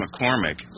McCormick